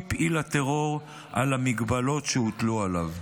פעיל הטרור על ההגבלות שהוטלו עליו.